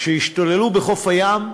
שהשתוללו עליהם בחוף הים,